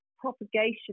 propagation